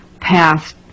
passed